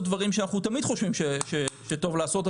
דברים שאנחנו תמיד חושבים שטוב לעשות,